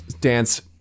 dance